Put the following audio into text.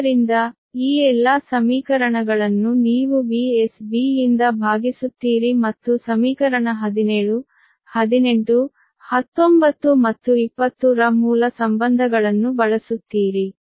ಆದ್ದರಿಂದ ಈ ಎಲ್ಲಾ ಸಮೀಕರಣಗಳನ್ನು ನೀವು VsB ಯಿಂದ ಭಾಗಿಸುತ್ತೀರಿ ಮತ್ತು ಸಮೀಕರಣ 17 18 19 ಮತ್ತು 20 ರ ಮೂಲ ಸಂಬಂಧಗಳನ್ನು ಬಳಸುತ್ತೀರಿ